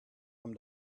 come